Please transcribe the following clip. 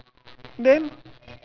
then